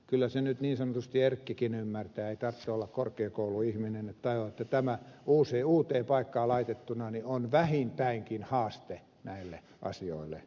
kyllä sen nyt niin sanotusti erkkikin ymmärtää ei tarvitse olla korkeakouluihminen että tajuaa että tämä uuteen paikkaan laitettuna on vähintäänkin haaste näille asioille